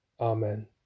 Amen